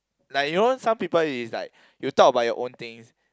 like you know some people is like you talk about your own things